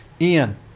Ian